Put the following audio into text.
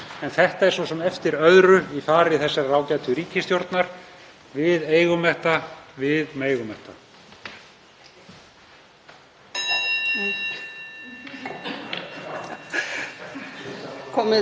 En þetta er svo sem eftir öðru í fari þessarar ágætu ríkisstjórnar: Við eigum þetta, við megum þetta.